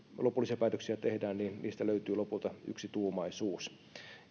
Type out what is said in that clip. lopullisia päätöksiä tehdään niistä löytyy lopulta yksituumaisuus